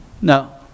No